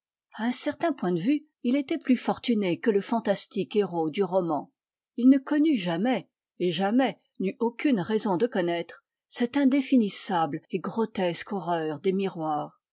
un certain point de vue il était plus fortuné que le fantastique héros du roman ne connut jamais et jamais n'eut aucune raison de connaître cette indéfinissable et grotesque horreur des miroirs